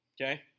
okay